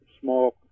small